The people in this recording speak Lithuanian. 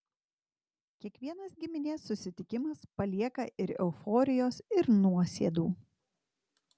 kiekvienas giminės susitikimas palieka ir euforijos ir nuosėdų